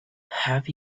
have